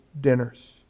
dinners